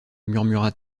murmura